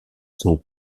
sont